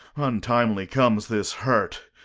untimely comes this hurt.